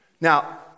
Now